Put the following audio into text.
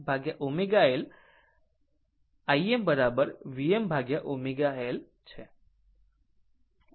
તેનો અર્થ એ કે આ Im Vmω L Im Vmω L છે